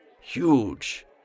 Huge